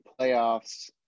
playoffs